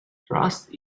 trust